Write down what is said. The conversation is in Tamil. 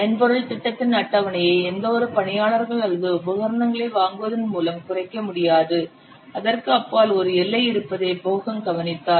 மென்பொருள் திட்டத்தின் அட்டவணையை எந்தவொரு பணியாளர்கள் அல்லது உபகரணங்களை வாங்குவதன் மூலம் குறைக்க முடியாது அதற்கு அப்பால் ஒரு எல்லை இருப்பதை போஹம் கவனித்தார்